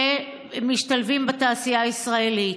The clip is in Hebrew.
שמשתלבים בתעשייה הישראלית.